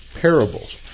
parables